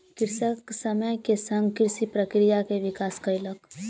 कृषक समय के संग कृषि प्रक्रिया के विकास कयलक